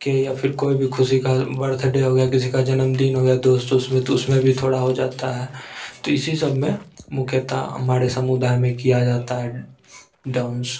के या फिर कोई भी खुशी के कारण बर्थडे हो गया किसी का जन्मदिन हो गया दोस्त उस्त तो उसमें भी थोड़ा हो जाता है तो इसी सब में मुख्यता हमारे समुदाय में किया जाता है डांस